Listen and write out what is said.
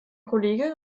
kollege